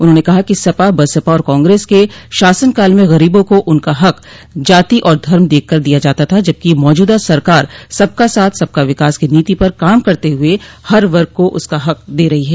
उन्होंने कहा कि सपा बसपा और कांग्रेस के शासनकाल में गरीबों को उनका हक जाति और धर्म देखकर दिया जाता था जबकि मौजूदा सरकार सबका साथ सबका विकास की नीति पर काम करते हुए हर वर्ग को उसका हक दे रही है